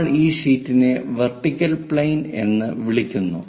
നമ്മൾ ഈ ഷീറ്റിനെ വെർട്ടിക്കൽ പ്ലെയിൻ എന്ന് വിളിക്കുന്നു